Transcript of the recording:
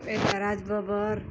यता राज बब्बर